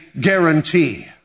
guarantee